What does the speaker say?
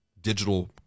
digital